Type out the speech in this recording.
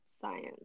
science